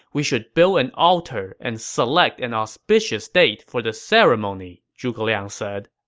we should build an altar and select an auspicious date for the ceremony, zhuge liang said